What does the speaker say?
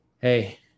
hey